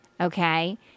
okay